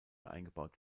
eingebaut